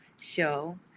show